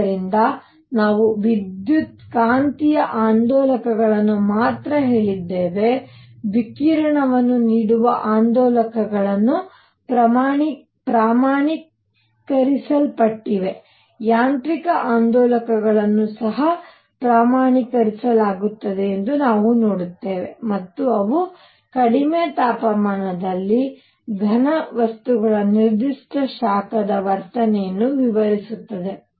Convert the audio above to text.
ಆದ್ದರಿಂದ ನಾವು ವಿದ್ಯುತ್ಕಾಂತೀಯ ಆಂದೋಲಕಗಳನ್ನು ಮಾತ್ರ ಹೇಳಿದ್ದೇವೆ ವಿಕಿರಣವನ್ನು ನೀಡುವ ಆಂದೋಲಕಗಳು ಪ್ರಮಾಣೀಕರಿಸಲ್ಪಟ್ಟಿವೆ ಯಾಂತ್ರಿಕ ಆಂದೋಲಕಗಳನ್ನು ಸಹ ಪ್ರಮಾಣೀಕರಿಸಲಾಗುತ್ತದೆ ಎಂದು ನಾವು ನೋಡುತ್ತೇವೆ ಮತ್ತು ಅವು ಕಡಿಮೆ ತಾಪಮಾನದಲ್ಲಿ ಘನವಸ್ತುಗಳ ನಿರ್ದಿಷ್ಟ ಶಾಖದ ವರ್ತನೆಯನ್ನು ವಿವರಿಸುತ್ತದೆ